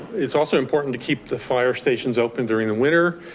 it's also important to keep the fire stations open during the winter.